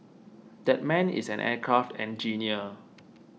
that man is an aircraft engineer